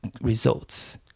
results